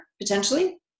potentially